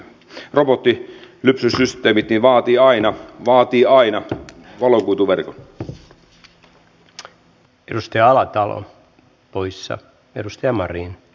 monet ihmiset sinnittelevät jo nyt aivan liian pienen sosiaaliturvan varassa ja heidän elämänsä on hyvin hankalaa